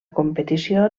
competició